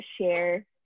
share